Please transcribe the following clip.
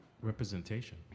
Representation